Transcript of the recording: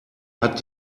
hat